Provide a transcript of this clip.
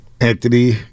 Anthony